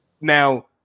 now